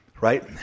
Right